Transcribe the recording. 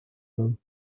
them